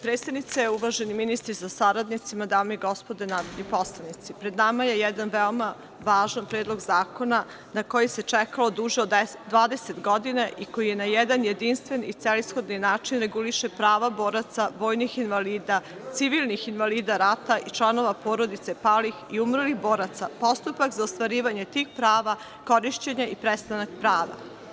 Predsednice, uvaženi ministri sa saradnicima, dame i gospodo narodni poslanici, pred nama je jedan veoma važan Predlog zakona na koji se čekalo duže od 20 godina i koji na jedan jedinstven i celishodan način reguliše prava boraca, vojnih invalida, civilnih invalida rata i članova porodica palih i umrlih boraca, postupak za ostvarivanje tih prava, korišćenje i prestanak prava.